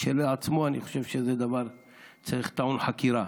כשלעצמו אני חושב שזה דבר שטעון חקירה.